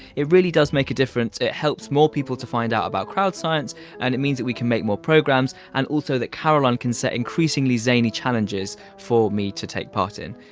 it really does make a difference it helps more people to find out about crowdscience and it means that we can make more programs and also that caroline can set increasingly zany challenges for me to take part in.